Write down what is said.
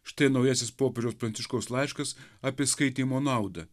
štai naujasis popiežiaus pranciškaus laiškas apie skaitymo naudą